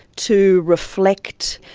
to reflect,